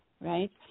right